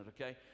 okay